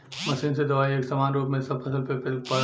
machine से दवाई एक समान रूप में सब फसल पे पड़ जाला